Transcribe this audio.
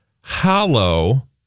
hollow